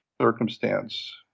circumstance